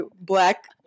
Black